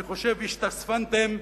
אני חושב, "השתספנתם",